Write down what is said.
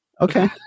Okay